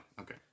okay